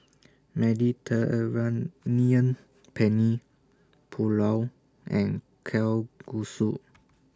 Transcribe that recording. Penne Pulao and Kalguksu